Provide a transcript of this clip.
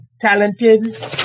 talented